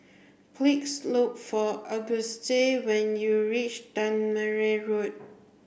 please look for Auguste when you reach Tangmere Road